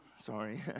Sorry